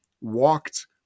walked